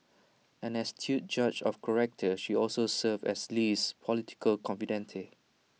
an astute judge of character she also served as Lee's political confidante